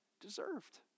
Deserved